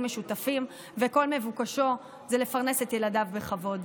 משותפים וכל מבוקשו זה לפרנס את ילדיו בכבוד.